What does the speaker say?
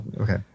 Okay